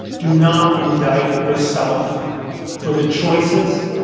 do not indict yourself for the choices,